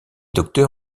docteur